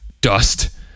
dust